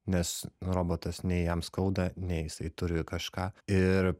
nes robotas nei jam skauda nei jisai turi kažką ir